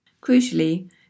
Crucially